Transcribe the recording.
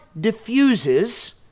diffuses